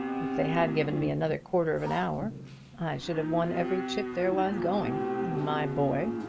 if they had given me another quarter of an hour i should have won every chip there was going. my boy,